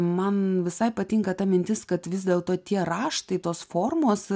man visai patinka ta mintis kad vis dėlto tie raštai tos formos e